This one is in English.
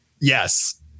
Yes